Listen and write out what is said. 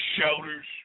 shoulders